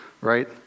right